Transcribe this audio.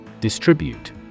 Distribute